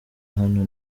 hano